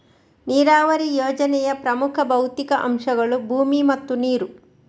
ನೀರಾವರಿ ಯೋಜನೆಯ ಪ್ರಮುಖ ಭೌತಿಕ ಅಂಶಗಳು ಭೂಮಿ ಮತ್ತು ನೀರು